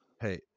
Hey